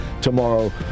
tomorrow